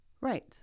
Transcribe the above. Right